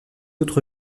autres